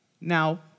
Now